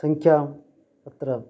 संख्याम् अत्र